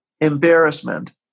embarrassment